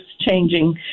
changing